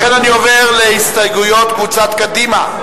לכן אני עובר להסתייגויות קבוצת קדימה.